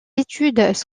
études